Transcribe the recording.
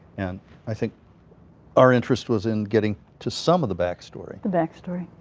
and i think our interest was in getting to some of the backstory. the backstory.